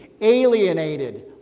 alienated